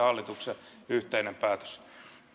hallituksen yhteinen päätös